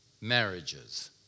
marriages